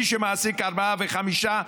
מי שמעסיק ארבעה וחמישה,